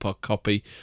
copy